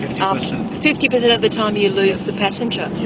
and um so fifty percent of the time you lose the passenger?